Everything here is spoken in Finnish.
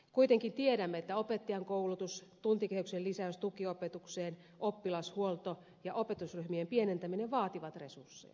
kuitenkin tiedämme että opettajankoulutus tuntikehyksen lisäys tukiopetukseen oppilashuolto ja opetusryhmien pienentäminen vaativat resursseja